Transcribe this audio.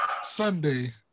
Sunday